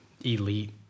elite